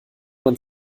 man